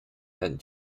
and